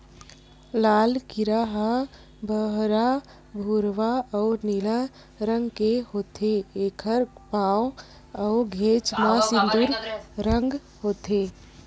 लाल कीरा ह बहरा भूरवा अउ नीला रंग के होथे, एखर पांव अउ घेंच म सिंदूर रंग होथे